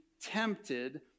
tempted